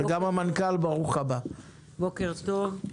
בוקר טוב.